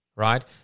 right